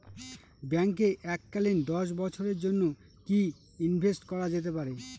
ব্যাঙ্কে এককালীন দশ বছরের জন্য কি ইনভেস্ট করা যেতে পারে?